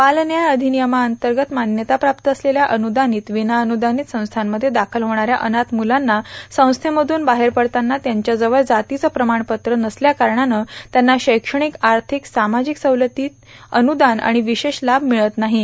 बाल न्याय अधिनियामांतर्गत मान्यता प्राप्त असलेल्या अनुदानित विनाअनुदानित संस्थामध्ये दाखल होणाऱ्या अनाथ मुलांना संस्थेमध्रन बाहेर पडतांना त्यांच्याजवळ जातीचं प्रमाणपत्र नसल्याकारणानं त्यांना शैक्षणिक आर्थिक सामाजिक सवलती अनुदान आणि विशेष लाभ मिळत नाहीत